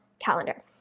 calendar